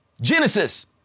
Genesis